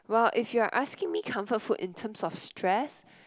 well if you are asking me comfort food in terms of stress